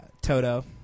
Toto